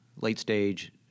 late-stage